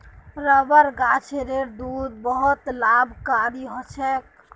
rubber गाछेर दूध बहुत लाभकारी ह छेक